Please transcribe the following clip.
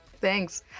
Thanks